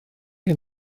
gen